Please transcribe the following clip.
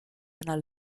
einer